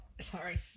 Sorry